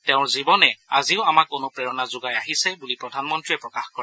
তেওঁৰ জীৱনে আজিও আমাক অনুপ্ৰেৰণা যোগাই আহিছে বুলি প্ৰধানমন্ত্ৰীয়ে প্ৰকাশ কৰে